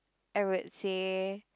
I would say